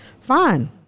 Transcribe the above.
fine